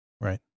Right